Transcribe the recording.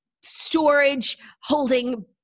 storage-holding